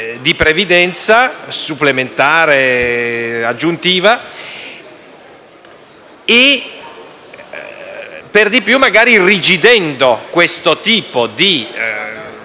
di previdenza supplementare aggiuntiva e, per di più, irrigidendo questo tipo di